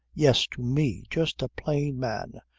yes, to me, just a plain man,